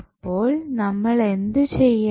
അപ്പൊൾ നമ്മൾ എന്തു ചെയ്യണം